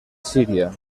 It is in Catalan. síria